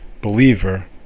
believer